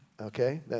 Okay